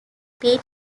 peak